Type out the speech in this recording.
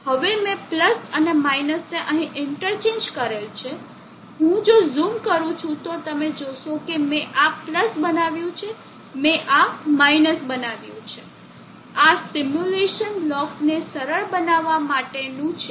હવે મેં અને - ને અહીં ઇન્ટરચેન્જ કરેલ છે હું જો ઝૂમ કરું છું તો તમે જોશો કે મેં આ બનાવ્યું છે મેં આ - બનાવ્યું છે આ સિમ્યુલેશન બ્લોકને સરળ બનાવવા માટે નું છે